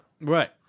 Right